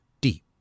deep